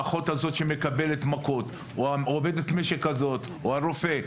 האחות שמקבלת מכות או עובדת המשק או הרופא,